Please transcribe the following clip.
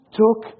took